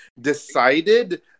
decided